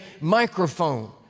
microphone